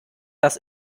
das